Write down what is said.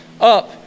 up